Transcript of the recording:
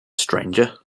stranger